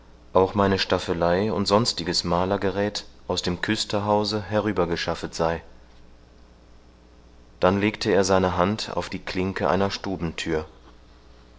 auch meine staffelei und sonstiges malergeräth aus dem küsterhause herübergeschaffet sei dann legte er seine hand auf die klinke einer